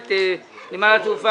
אין נמנעים,